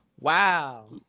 wow